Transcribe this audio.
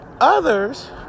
Others